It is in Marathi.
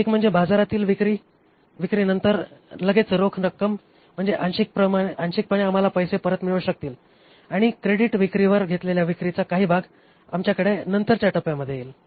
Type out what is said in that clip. एक म्हणजे बाजारातील विक्रीनंतर लगेचच रोख रक्कम म्हणजे आंशिकपणे आम्हाला पैसे परत मिळू शकतील आणि क्रेडिट विक्रीवर घेतलेल्या विक्रीचा काही भाग आपल्याकडे नंतरच्या टप्प्यामध्ये येईल